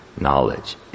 knowledge